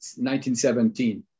1917